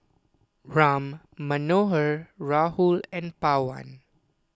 Ram Manohar Rahul and Pawan